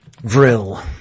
Vril